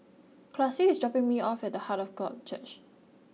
Classie is dropping me off at Heart of God Church